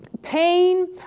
pain